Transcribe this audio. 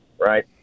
right